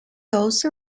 also